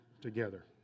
together